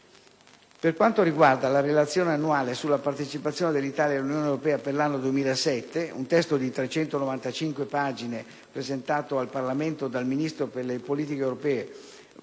Per quanto riguarda la Relazione annuale sulla partecipazione dell'Italia all'Unione europea per l'anno 2007, un testo di 395 pagine, presentato al Parlamento dal ministro per le politiche europee